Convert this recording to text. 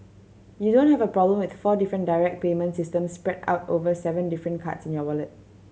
you don't have a problem with four different direct payment systems spread out over seven different cards in your wallet